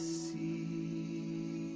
see